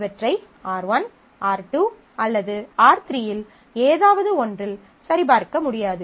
இவற்றை R1 R2 அல்லது R3 இல் ஏதாவது ஒன்றில் சரிபார்க்க முடியாது